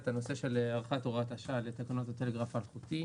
את הארכת הוראת השעה לתקנון הטלגרף האלחוטי.